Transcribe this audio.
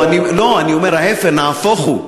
לא, ההפך, נהפוך הוא.